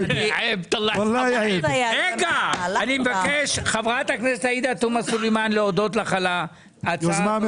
רגע אני מבקש חברת הכנסת עאידה תומא סולימאן להודות לך על היוזמה,